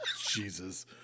jesus